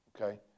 Okay